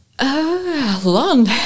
Long